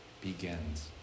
Begins